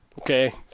Okay